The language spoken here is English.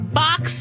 box